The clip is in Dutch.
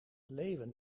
leeuwen